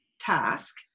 task